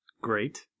Great